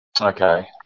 Okay